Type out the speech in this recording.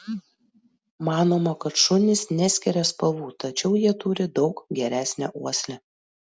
manoma kad šunys neskiria spalvų tačiau jie turi daug geresnę uoslę